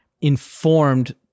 informed